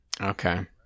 Okay